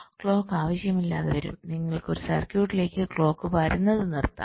clock ആവശ്യമില്ലാതെ വരും നിങ്ങൾക്ക് ഒരു സർക്യൂട്ടിലേക്ക് ക്ലോക്ക് വരുന്നത് നിർത്താം